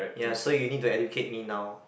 ya so you need to educate me now